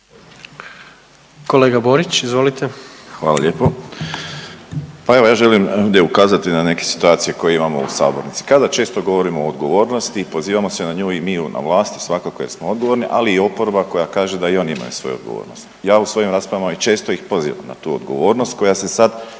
**Borić, Josip (HDZ)** Hvala lijepo. Pa evo ja želim ovdje ukazati na neke situacije koje imamo u sabornici. Kada često govorimo o odgovornosti pozivamo se na nju i mi na vlasti svakako jer smo odgovorni, ali i oporba koja kaže da i oni imaju svoju odgovornost. Ja u svojim raspravama često ih pozivam na tu odgovornost koja se sad